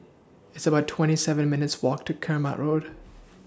It's about twenty seven minutes' Walk to Keramat Road